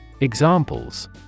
Examples